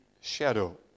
shadow